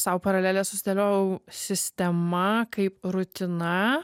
sau paralelę susidėliojau sistema kaip rutina